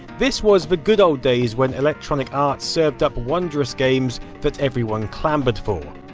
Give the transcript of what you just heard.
this was the good old days when electronic arts served up wondrous games that everyone clambered for.